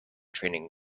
training